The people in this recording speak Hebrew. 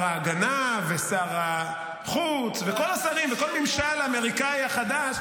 ההגנה ושר החוץ וכל השרים וכל הממשל האמריקאי החדש,